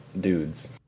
dudes